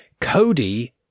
Cody